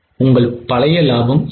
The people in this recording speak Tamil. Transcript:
உங்கள் பழைய லாபம் என்ன